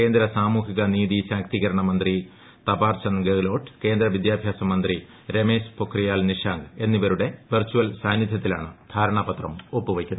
കേന്ദ്ര സാമൂഹിക നീതി ശാക്തീകരണ മന്ത്രി തപാർ ചന്ദ് ഗെഹ്ലോട്ട് കേന്ദ്ര വിദ്യാഭ്യാസ മന്ത്രി രമേശ് പൊഖ്റിയാൽ നിഷാങ്ക് എന്നിവരുടെ വെർചൽ സാന്നിധൃത്തിലാണ് ധാരണാപത്രം ഒപ്പുവയ്ക്കുക